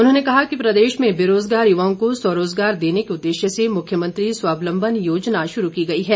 उन्होंने कहा कि प्रदेश में बेरोजगार युवाओं को स्वरोजगार देने के उद्देश्य से मुख्यमंत्री स्वावलंबन योजना शुरू की गई है